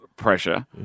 pressure